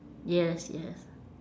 yes yes